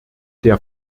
der